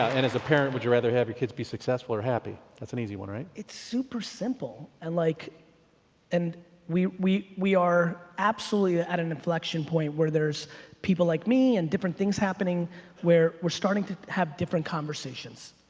and as a parent would you rather have your kids be successful or happy? that's an easy one right? it's super simple. and like and we we are absolutely ah at an inflection point where there's people like me and different things happening where we're starting to have different conversations.